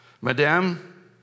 Madam